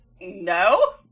No